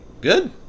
good